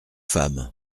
femmes